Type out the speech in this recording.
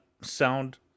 sound